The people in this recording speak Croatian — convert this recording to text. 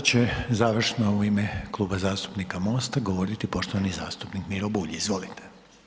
Sada će završno u ime Kluba zastupnika MOST-a govoriti poštovani zastupnik Miro Bulj, izvolite.